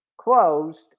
Closed